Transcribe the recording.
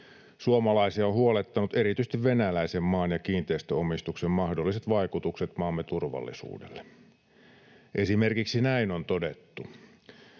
Suomalaisia ovat huolettaneet erityisesti venäläisen maan- ja kiinteistöomistuksen mahdolliset vaikutukset maamme turvallisuudelle. Esimerkiksi näin on todettu: